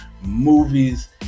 movies